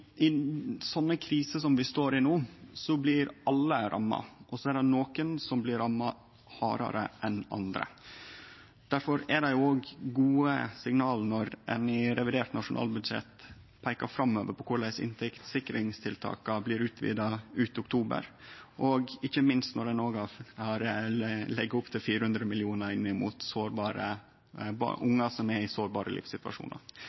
nokon blir ramma hardare enn andre. Difor er det gode signal når ein i revidert nasjonalbudsjett peikar framover på korleis inntektssikringstiltaka blir utvida til ut oktober, og ikkje minst når ein òg legg opp til 400